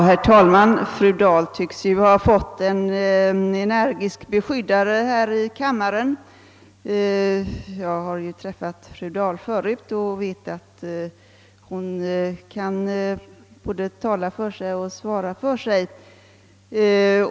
Herr talman! Fru Dahl tycks ha fått en energisk beskyddare här i kammaren. Men jag har träffat fru Dahl förut och vet att hon kan både tala för sig och svara för sig.